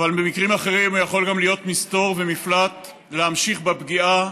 אבל במקרים אחרים הוא יכול גם להיות מסתור ומפלט להמשיך בפגיעה